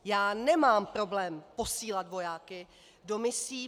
Já nemám problém posílat vojáky do misí.